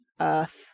earth